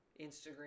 Instagram